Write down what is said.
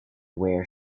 wear